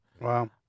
wow